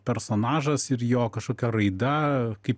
personažas ir jo kažkokia raida kaip